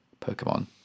Pokemon